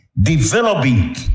developing